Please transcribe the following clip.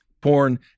porn